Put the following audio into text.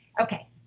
okay